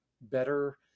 better